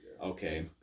okay